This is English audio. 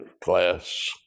class